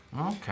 Okay